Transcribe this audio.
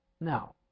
Now